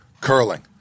Curling